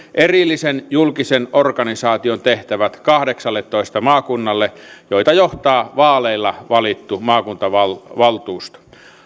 erillisen julkisen organisaation tehtävät kahdeksalletoista maakunnalle joita johtaa vaaleilla valittu maakuntavaltuusto